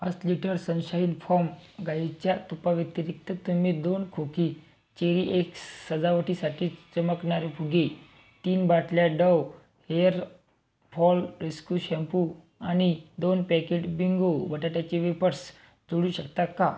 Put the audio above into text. पाच litre Sunshine farm गाईच्या तुपाव्यतिरिक्त तुम्ही दोन खोकी चेरीएक्स सजावटीसाठी चमकणारे फुगे तीन बाटल्या डव हेअरफॉल रेस्कू शॅम्पू आणि दोन पॅकेट बिंगो बटाट्याचे वेपर्स जोडू शकता का